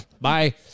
bye